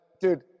dude